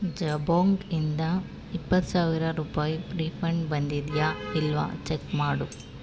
ಜಬೊಂಗ್ ಇಂದ ಇಪ್ಪತ್ತು ಸಾವಿರ ರೂಪಾಯಿ ರೀಫಂಡ್ ಬಂದಿದೆಯಾ ಇಲ್ವ ಚೆಕ್ ಮಾಡು